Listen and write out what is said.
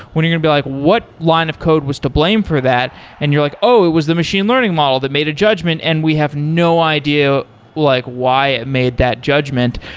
when you're going to be like, what line of code was to blame for that? and you're like, oh! it was the machine learning model that made a judgment, and we have no idea like why it made that judgment.